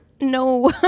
no